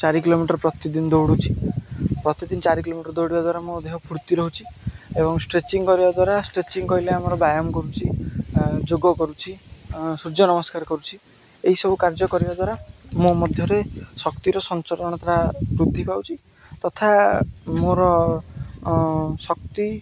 ଚାରି କିଲୋମିଟର ପ୍ରତିଦିନ ଦୌଡ଼ୁଛି ପ୍ରତିଦିନ ଚାରି କିଲୋମିଟର ଦୌଡ଼ିବା ଦ୍ୱାରା ମୁଁ ଦେହ ଫୁର୍ତ୍ତି ରହୁଛି ଏବଂ ଷ୍ଟ୍ରେଚିଂ କରିବା ଦ୍ୱାରା ଷ୍ଟ୍ରେଚିଂ କହିଲେ ଆମର ବ୍ୟାୟାମ କରୁଚି ଯୋଗ କରୁଛିି ସୂର୍ଯ୍ୟ ନମସ୍କାର କରୁଛିି ଏହିସବୁ କାର୍ଯ୍ୟ କରିବା ଦ୍ୱାରା ମୁଁ ମଧ୍ୟରେ ଶକ୍ତିର ସଞ୍ଚରଣତା ବୃଦ୍ଧି ପାଉଛି ତଥା ମୋର ଶକ୍ତି